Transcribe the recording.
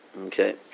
Okay